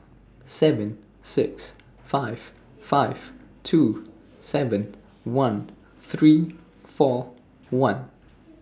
seven six five five two seven one three four one